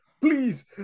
Please